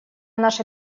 наша